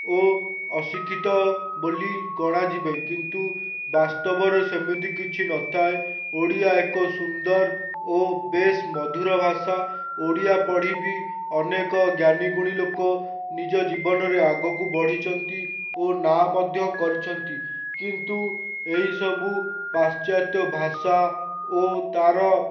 ଓ ଅଶିକ୍ଷିତ ବୋଲି ଗଣାଯିବେ କିନ୍ତୁ ବାସ୍ତବରେ ସେମିତି କିଛି ନଥାଏ ଓଡ଼ିଆ ଏକ ସୁନ୍ଦର ଓ ବେସ୍ ମଧୁର ଭାଷା ଓଡ଼ିଆ ପଢ଼ିବି ଅନେକ ଜ୍ଞାନୀ ଗୁଣୀ ଲୋକ ନିଜ ଜୀବନରେ ଆଗକୁ ବଢ଼ିଛନ୍ତି ଓ ନା ମଧ୍ୟ କରିଛନ୍ତି କିନ୍ତୁ ଏହିସବୁ ପାଶ୍ଚାତ୍ୟ ଭାଷା ଓ ତା'ର